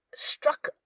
Struck